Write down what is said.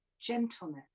gentleness